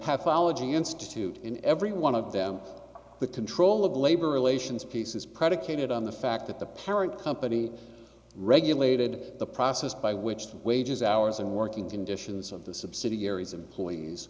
gee institute in every one of them the control of labor relations piece is predicated on the fact that the parent company regulated the process by which the wages hours and working conditions of the subsidiaries of employees